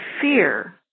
fear